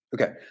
Okay